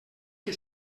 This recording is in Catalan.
que